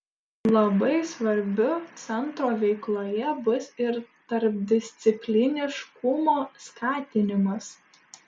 labai svarbiu centro veikloje bus ir tarpdiscipliniškumo skatinimas